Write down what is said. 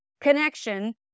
connection